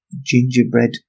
gingerbread